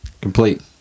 Complete